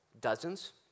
dozens